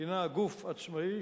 הינה גוף עצמאי,